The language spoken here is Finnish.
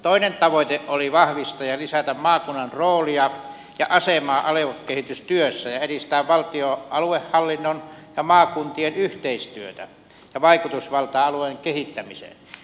toinen tavoite oli vahvistaa ja lisätä maakunnan roolia ja asemaa aluekehitystyössä ja edistää valtion aluehallinnon ja maakuntien yhteistyötä ja vaikutusvaltaa alueen kehittämiseen